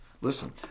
listen